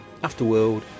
Afterworld